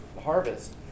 harvest